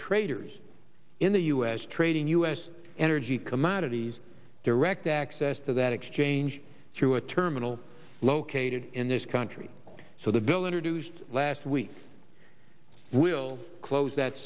traders in the u s trading u s energy commodities direct access to that exchange to a terminal located in this country so the bill introduced last week will close that